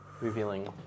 Revealing